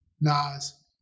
Nas